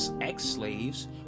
ex-slaves